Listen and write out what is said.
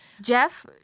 Jeff